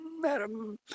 madam